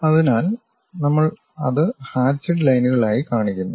അതിനാൽ നമ്മൾ അത് ഹാചിഡ് ലൈനുകളായി കാണിക്കുന്നു